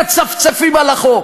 מצפצפים על החוק.